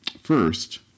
First